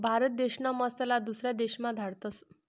भारत देशना मसाला दुसरा देशमा धाडतस